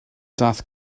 daeth